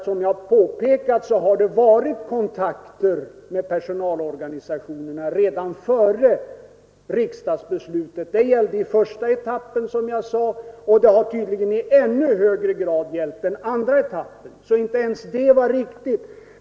Som jag har påpekat har det förekommit kontakter med personalorganisationerna redan före riksdagsbeslutet. Det gällde, som jag sade, i fråga om första etappen, och det har tydligen i ännu högre grad gällt för den andra etappen. Inte heller detta påstående var således riktigt.